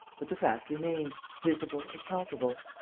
but the fact remained visible and palpable.